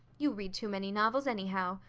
you read too many novels anyhow.